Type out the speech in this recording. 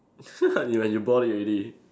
you when you bought it already